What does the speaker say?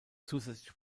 zusätzlich